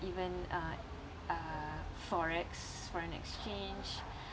even uh uh forex foreign exchange